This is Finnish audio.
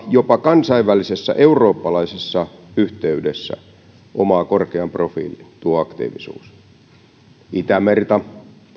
jopa kansainvälisessä ja eurooppalaisessa yhteydessä omaa korkean profiilin aktiivisuudessaan katsokaamme itämerta